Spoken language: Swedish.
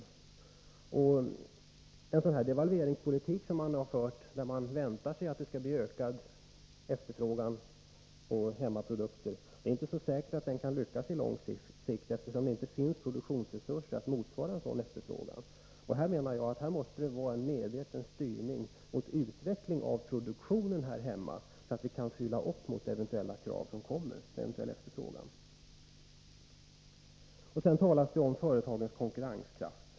Det är inte säkert att en sådan devalveringspolitik som regeringen fört, när man väntat sig att det skall bli ökad efterfrågan på hemmamarknadsprodukter, verkligen lyckas på lång sikt, eftersom det inte finns produktionsresurser för att motsvara en dylik efterfrågan. Jag menar att det måste ske en medveten styrning mot utveckling av produktionen här hemma, så att vi kan svara upp mot eventuella krav som kommer genom en ökad efterfrågan. Vidare talas det om företagens konkurrenskraft.